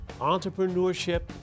entrepreneurship